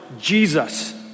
Jesus